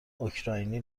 اوکراینی